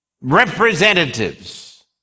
representatives